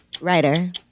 Writer